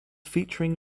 featuring